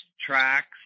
tracks